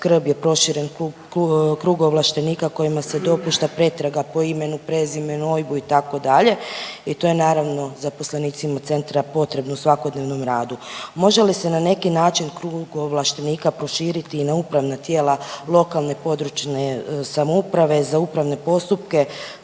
skrb je proširen krug ovlaštenika kojima se dopušta pretraga po imenu, prezimenu, OIB-u itd. i to je naravno zaposlenicima centra potrebno u svakodnevnom redu. Može li se na neki način krug ovlaštenika proširiti i na upravna tijela lokalne, područne samouprave za upravne postupke